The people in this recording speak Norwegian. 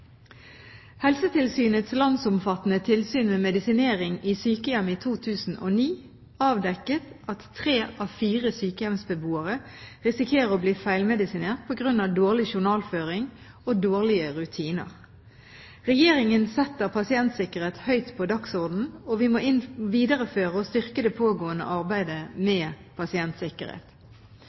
Helsetilsynets landsomfattende tilsyn med medisinering i sykehjem i 2009 avdekket at tre av fire sykehjemsbeboere risikerer å bli feilmedisinert på grunn av dårlig journalføring og dårlige rutiner. Regjeringen setter pasientsikkerhet høyt på dagsordenen, og vi må videreføre og styrke det pågående arbeidet med pasientsikkerhet.